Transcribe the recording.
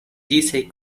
disaj